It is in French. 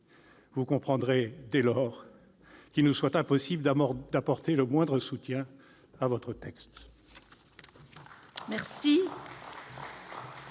Vous comprendrez, dès lors, qu'il nous soit impossible d'apporter le moindre soutien à votre texte.